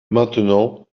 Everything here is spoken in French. maintenant